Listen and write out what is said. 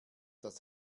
das